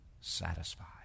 satisfied